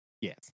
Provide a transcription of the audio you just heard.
Yes